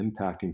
impacting